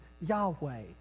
Yahweh